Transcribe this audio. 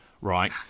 right